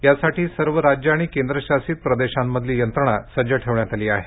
यासाठी सर्व राज्यं आणि केंद्रशासित प्रदेशांमधली यंत्रणा सज्ज ठेवण्यात आली आहे